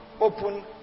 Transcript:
open